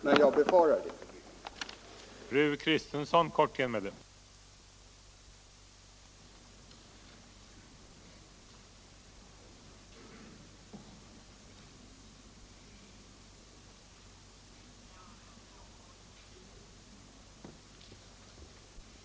Men jag befarar att vi får det.